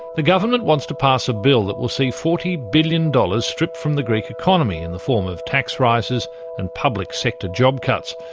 the government wants to pass a bill that will see forty billion dollars stripped from the greek economy in the form of tax rises and public sector job cuts.